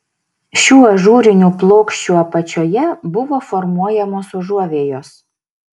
šių ažūrinių plokščių apačioje buvo formuojamos užuovėjos